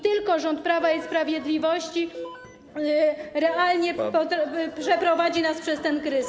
Tylko rząd Prawa i Sprawiedliwości realnie przeprowadzi nas przez ten kryzys.